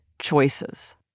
choices